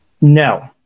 No